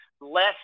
less